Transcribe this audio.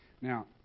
Now